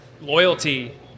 loyalty